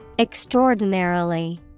Extraordinarily